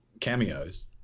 cameos